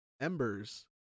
embers